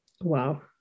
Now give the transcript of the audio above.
Wow